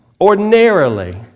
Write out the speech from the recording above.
ordinarily